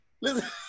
Listen